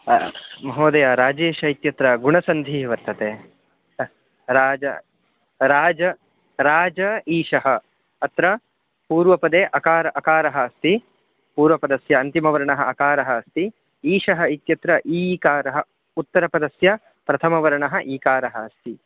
हा महोदय राजेश इत्यत्र गुणसन्धिः वर्तते राज राज राज ईशः अत्र पूर्वपदे अकारः अकारः अस्ति पूर्वपदस्य अन्तिमवर्णः अकारः अस्ति ईशः इत्यत्र ईकारः उत्तरपदस्य प्रथमवर्णः ईकारः अस्ति